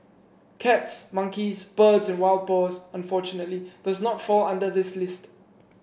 cats monkeys birds and wild boars unfortunately does not fall under this list